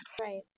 right